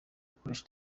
gukoresha